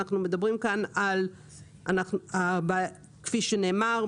אנחנו מדברים כאן כפי שנאמר,